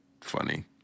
funny